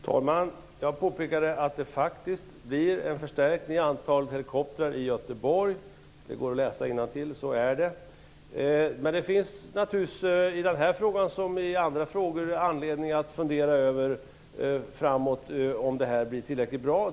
Herr talman! Jag påpekade att det faktiskt blir en förstärkning av antalet helikoptrar i Göteborg. Det är bara att läsa innantill. Naturligtvis finns det dock såväl i denna fråga som i andra frågor anledning att fundera framåt och fundera över om detta blir tillräckligt bra.